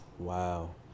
Wow